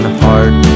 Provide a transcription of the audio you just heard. heart